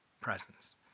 presence